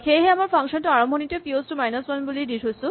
সেয়েহে আমাৰ ফাংচন টোত আৰম্ভণিতে পিঅ'ছ টো মাইনাচ বুলি দি থৈছো